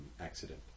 accident